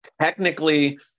Technically